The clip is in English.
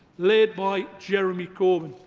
led by jeremy corbyn.